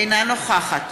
אינה נוכחת